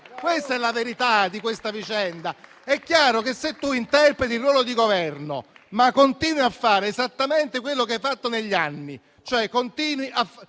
Questa è la verità della vicenda. È chiaro che, se tu interpreti il ruolo di Governo, ma continui a fare esattamente quello che hai fatto negli anni...